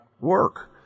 work